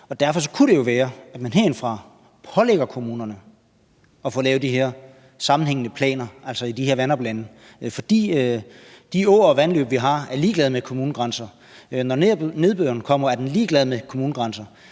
Derfor kunne det jo så være, at man herindefra pålægger kommunerne at få lavet de her sammenhængende planer, altså i de her vandoplande. For de åer og vandløb, vi har, er ligeglade med kommunegrænser; når nedbøren kommer, er den ligeglad med kommunegrænser.